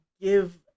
give